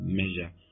measure